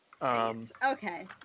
Okay